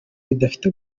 bidafite